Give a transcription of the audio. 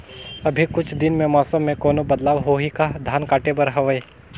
अभी कुछ दिन मे मौसम मे कोनो बदलाव होही का? धान काटे बर हवय?